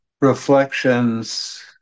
reflections